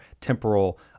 temporal